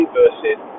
versus